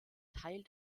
teil